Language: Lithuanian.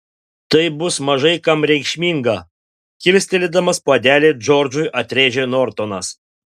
tai bus mažai kam reikšminga kilstelėdamas puodelį džordžui atrėžė nortonas